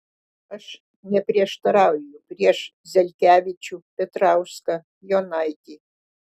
aš neprieštarauju prieš zelkevičių petrauską jonaitį